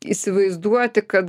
įsivaizduoti kad